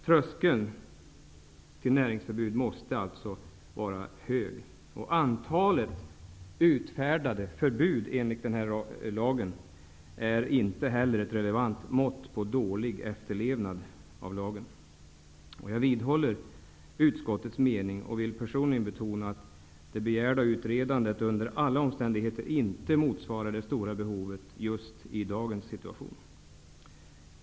Tröskeln till näringsförbud måste alltså vara hög. Antalet enligt lagen utfärdade förbud är inte heller ett relevant mått på dålig efterlevnad av lagen. Jag vidhåller utskottets mening och vill personligen betona att det begärda utredandet under alla omständigheter inte motsvarar det stora behovet just i dagens situation.